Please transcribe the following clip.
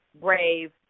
brave